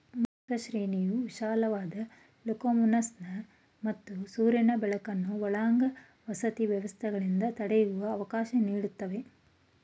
ಮುಕ್ತ ಶ್ರೇಣಿಯು ವಿಶಾಲವಾದ ಲೊಕೊಮೊಷನ್ ಮತ್ತು ಸೂರ್ಯನ ಬೆಳಕನ್ನು ಒಳಾಂಗಣ ವಸತಿ ವ್ಯವಸ್ಥೆಗಳಿಂದ ತಡೆಯುವ ಅವಕಾಶ ನೀಡ್ತವೆ